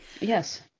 Yes